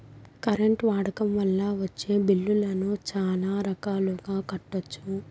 current వాడకం వల్ల వచ్చే బిల్లులను చాలా రకాలుగా కట్టొచ్చు